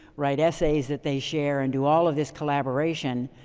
write essays that they share and do all of this collaboration.